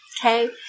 okay